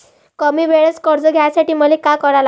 कमी वेळेचं कर्ज घ्यासाठी मले का करा लागन?